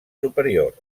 superiors